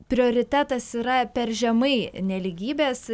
prioritetas yra per žemai nelygybės